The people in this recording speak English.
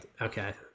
Okay